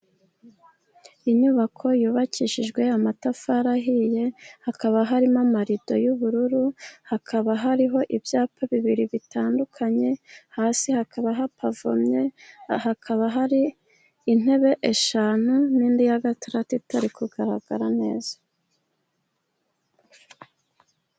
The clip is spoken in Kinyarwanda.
Inyubako yubakishijwe amatafari ahiye hakaba hari amarido y'ubururu, hakaba harimo ibyapa bibiri bitandukanye hasi hakaba hapavomye, aha hakaba hari intebe eshanu n'indi ya gatarate itari kugaragara neza.